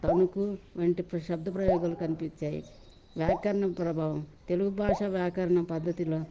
తణుకు వంటి ప్ర శబ్ద ప్రయోగాలు కనిపించాయి వ్యాకరణ ప్రభావం తెలుగు భాష వ్యాకరణ పద్ధతిలో